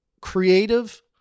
creative